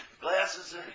glasses